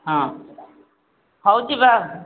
ହଁ ହଉ ଯିବା ଆଉ